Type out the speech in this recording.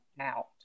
out